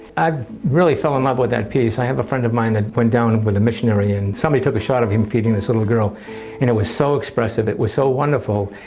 i really feel in love with that piece. i have a friend of mine that went down with a missionary, and somebody took a shot of him feeding this little girl. and it was so expressive it was so wonderful.